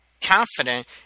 confident